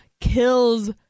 kills